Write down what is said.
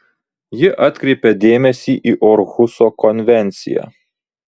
ji atkreipia dėmesį į orhuso konvenciją